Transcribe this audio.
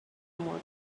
more